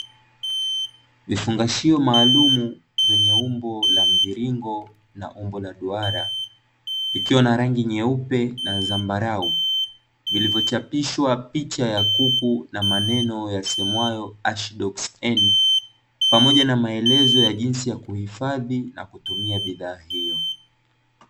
Vifungashio maalumu vyenye umbo la mviringo na umbo la duara vikiwa na rangi nyeupe na zambarau vilivyo chapishwa picha ya kuku na maneno yasemwayo Ashdox N pamoja na maelezo ya jinsi ya kuhifadhi nakutumia bidhaa hiyo.